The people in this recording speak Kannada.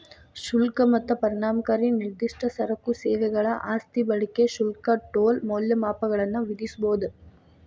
ಶುಲ್ಕ ಮತ್ತ ಪರಿಣಾಮಕಾರಿ ನಿರ್ದಿಷ್ಟ ಸರಕು ಸೇವೆಗಳ ಆಸ್ತಿ ಬಳಕೆ ಶುಲ್ಕ ಟೋಲ್ ಮೌಲ್ಯಮಾಪನಗಳನ್ನ ವಿಧಿಸಬೊದ